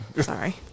sorry